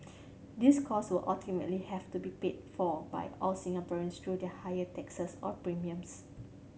these cost will ultimately have to be paid for by all Singaporeans through the higher taxes or premiums